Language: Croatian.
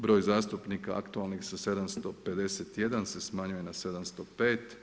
Broj zastupnika aktualnih sa 751 se smanjuje na 705.